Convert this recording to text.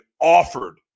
offered